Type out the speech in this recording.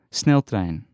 sneltrein